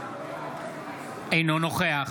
אינו נוכח